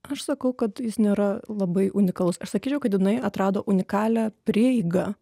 aš sakau kad jis nėra labai unikalus aš sakyčiau kad jinai atrado unikalią prieigą